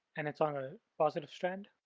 and it's on a positive strand,